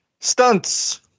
stunts